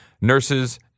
nurses